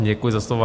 Děkuji za slovo.